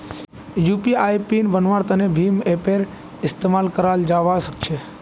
UPI PIN बन्वार तने भीम ऐपेर इस्तेमाल कराल जावा सक्छे